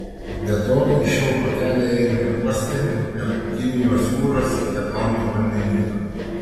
be to į šilko kelią įeina ir uostai nuo pietų kinijos jūros iki atlanto vandenyno